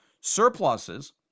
surpluses